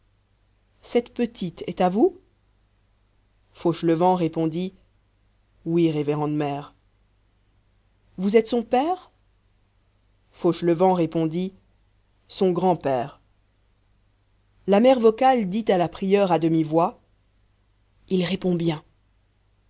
cette petite est à vous fauchelevent répondit oui révérende mère vous êtes son père fauchelevent répondit son grand-père la mère vocale dit à la prieure à demi-voix il répond bien